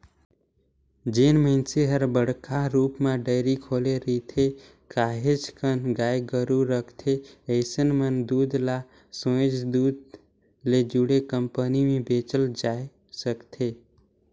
जेन मइनसे हर बड़का रुप म डेयरी खोले रिथे, काहेच कन गाय गोरु रखथे अइसन मन दूद ल सोयझ दूद ले जुड़े कंपनी में बेचल जाय सकथे